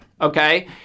okay